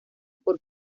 por